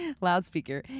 loudspeaker